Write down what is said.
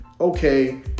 Okay